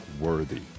worthy